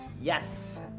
Yes